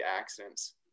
accidents